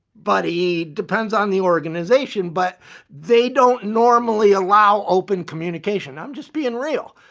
but yeah depends on the organization but they don't normally allow open communication. i'm just being real.